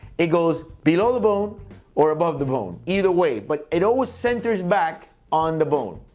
it goes below the bone or above the bone. either way, but it always centers back on the bone.